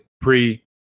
pre